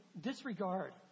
Disregard